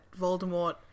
Voldemort